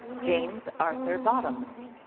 james arthur bottoms.